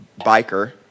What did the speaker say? biker